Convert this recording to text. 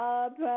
up